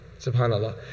SubhanAllah